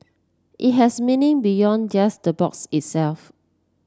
it has meaning beyond just the box itself